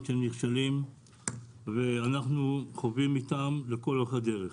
של נכשלים ואנחנו חווים איתם לכל אורך הדרך.